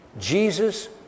Jesus